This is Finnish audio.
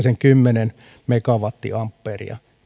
sen kymmenen megavolttiampeeria